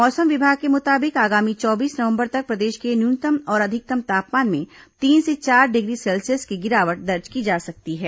मौसम विभाग के मुताबिक आगामी चौबीस नवंबर तक प्रदेश के न्यूनतम और अधिकतम तापमान में तीन से चार डिग्री सेल्सियस की गिरावट दर्ज की जा सकती है